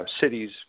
cities